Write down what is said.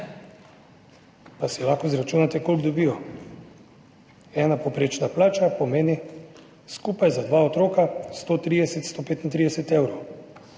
pa si lahko izračunate, koliko dobijo. Ena povprečna plača pomeni skupaj za dva otroka 130, 135 evra.